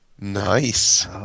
Nice